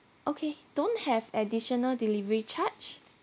okay don't have additional delivery charge